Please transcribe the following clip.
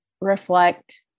reflect